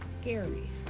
scary